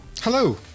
Hello